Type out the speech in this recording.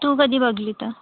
तू कधी बघली तर